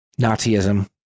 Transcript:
Nazism